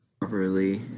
properly